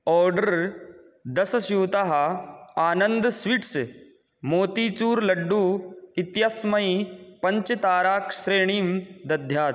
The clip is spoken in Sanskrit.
आर्डर् दसस्यूताः आनन्दः स्वीट्स् मोतिचूर् लड्डू इत्यस्मै पञ्च ताराश्रेणीं दद्यात्